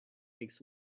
makes